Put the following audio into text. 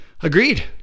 agreed